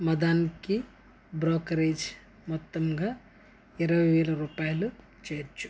మదన్కి brokerage మొత్తంగా ఇరవై వేలు రూపాయలు చేర్చు